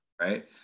right